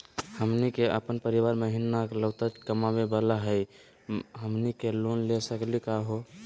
हमनी के अपन परीवार महिना एकलौता कमावे वाला हई, हमनी के लोन ले सकली का हो?